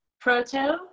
proto